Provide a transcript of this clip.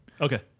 Okay